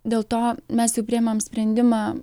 dėl to mes jau priemėm sprendimą